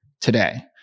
today